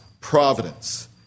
providence